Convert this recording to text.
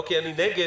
לא כי אני נגד,